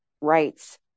rights